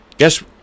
Guess